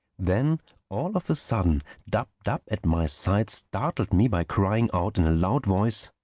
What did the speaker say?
then all of a sudden dab-dab at my side startled me by crying out in a loud voice,